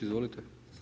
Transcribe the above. Izvolite.